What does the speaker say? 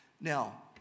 Now